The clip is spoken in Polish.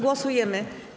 Głosujemy.